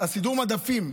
סידור מדפים,